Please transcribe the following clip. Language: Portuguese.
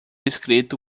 escrito